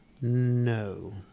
no